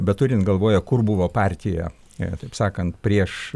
bet turint galvoje kur buvo partija taip sakant prieš